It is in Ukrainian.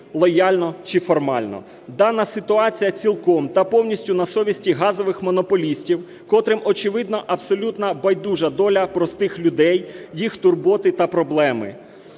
лояльно чи формально. Дана ситуація цілком та повністю на совісті газових монополістів, котрим очевидно абсолютно байдужа доля простих людей, їх турботи та проблеми.